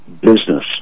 business